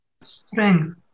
strength